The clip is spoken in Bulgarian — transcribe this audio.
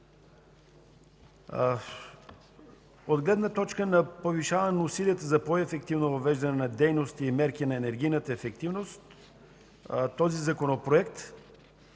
От гледна точка на повишаване на усилията за по-ефективно въвеждане на дейности и мерки на енергийната ефективност този Законопроект